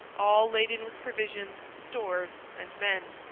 all laden with provisions, stores, and men.